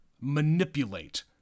manipulate